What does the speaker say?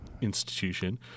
institution